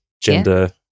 gender